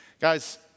Guys